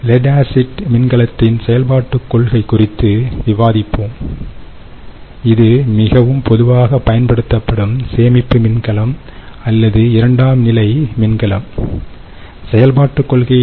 let ஆசிட்மின்கலத்தின் செயல்பாட்டுக் கொள்கை குறித்து விவாதிப்போம் இது மிகவும் பொதுவாக பயன்படுத்தப்படும் சேமிப்பு மின்கலம் அல்லது இரண்டாம் நிலை மின்கலம் செயல்பாட்டுக் கொள்கையை